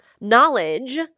knowledge